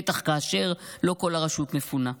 בטח כאשר לא כל הרשות מפונה.